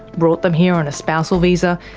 brought them here on a spousal visa,